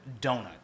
donut